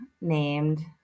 named